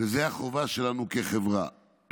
וזאת החובה שלנו כחברה.